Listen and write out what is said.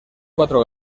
cuatro